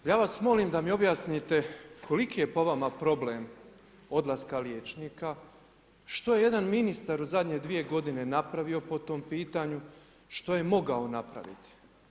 Ja vas molim da mi objasnite koliki je po vama problem odlaska liječnika, što je jedan ministar u zadnje 2 g. napravio po tom pitanju, što je mogao napraviti.